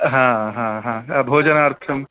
ह ह ह भोजनार्थम्